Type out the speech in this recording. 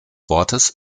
wortes